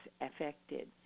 affected